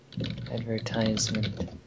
advertisement